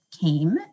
came